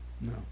No